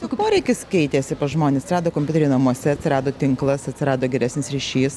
juk poreikis keitėsi žmonės atsirado kompiuteriai namuose atsirado tinklas atsirado geresnis ryšys